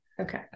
Okay